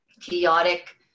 chaotic